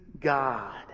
God